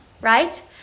Right